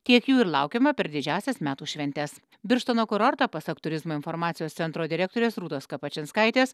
tiek jų ir laukiama per didžiąsias metų šventes birštono kurortą pasak turizmo informacijos centro direktorės rūtos kapačinskaitės